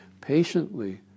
Patiently